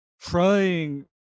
trying